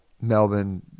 Melbourne